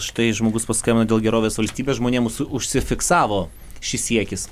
štai žmogus paskambino dėl gerovės valstybės žmonėms užsifiksavo šis siekis